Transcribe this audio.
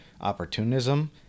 opportunism